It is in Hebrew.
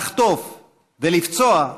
לחטוף ולפצוע,